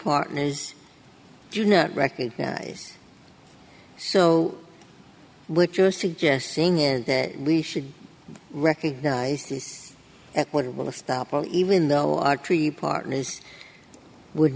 partners do not recognize so which you're suggesting is that we should recognize equitable stoppel even though our treaty partners would